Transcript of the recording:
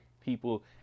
people